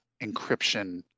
encryption